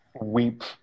weep